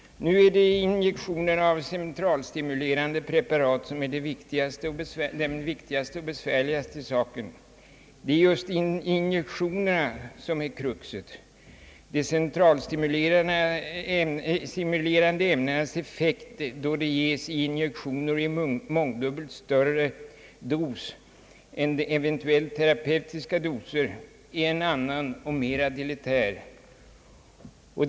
Nu är det injektioner av centralstimulerande preparat som är den viktigaste och besvärligaste saken. Det är just injektionerna som är kruxet. De centralstimulerade ämnenas effekt, då de ges i injektioner och i mångdubbelt större dos än eventuellt terapeutiska doser, är en annan och mera deletär.